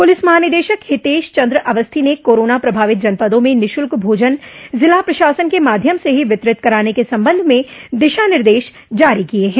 police महानिदेशक हितेश चन्द्र अवस्थी ने corona प्रभावित जनपदों में निःशुल्क भोजन जिला प्रशासन के माध्यम से ही वितरित कराने के संबंध में दिशा निर्देश जारी किये हैं